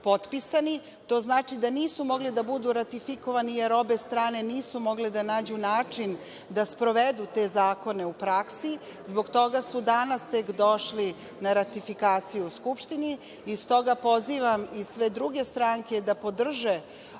potpisani. To znači da nisu mogli da budu ratifikovani, jer obe strane nisu mogle da nađu način da sprovedu te zakone u praksi i zbog toga su tek danas došli na ratifikaciju u Skupštinu. Stoga pozivam sve druge stranke da podrže